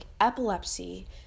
epilepsy